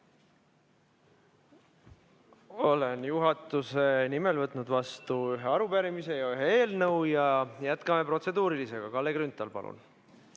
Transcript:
Olen juhatuse nimel võtnud vastu ühe arupärimise ja ühe eelnõu. Jätkame protseduurilisega. Kalle Grünthal, palun!